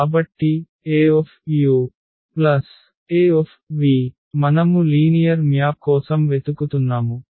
కాబట్టి AA మనము linear map కోసం వెతుకుతున్నాము